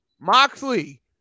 Moxley